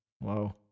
Wow